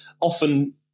often